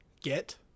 get